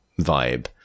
vibe